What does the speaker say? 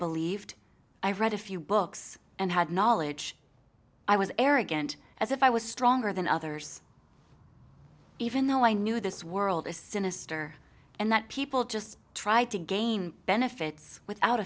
believed i read a few books and had knowledge i was arrogant as if i was stronger than others even though i knew this world is sinister and that people just try to gain benefits without